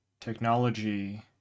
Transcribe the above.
technology